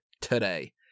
Today